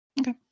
Okay